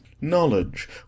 knowledge